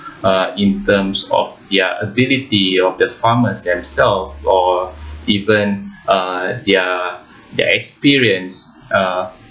uh in terms of their ability of the farmers themselves or even uh their their experience uh